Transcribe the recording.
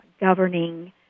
governing